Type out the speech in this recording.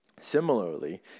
Similarly